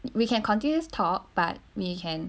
we can continue this talk but we can